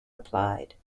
applied